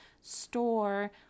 store